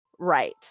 right